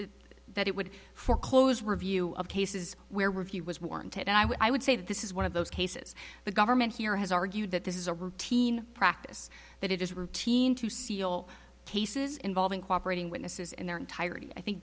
be that it would foreclose review of cases where review was warranted and i would say that this is one of those cases the government here has argued that this is a routine practice that it is routine to seal cases involving cooperate in witnesses in their entirety i think